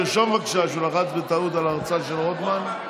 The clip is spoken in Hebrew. לרשום בבקשה שהוא לחץ בטעות על הלחצן של רוטמן.